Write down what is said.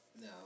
No